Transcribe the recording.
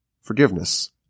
forgiveness